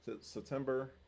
September